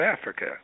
Africa